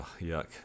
yuck